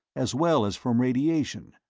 as well as from radiation.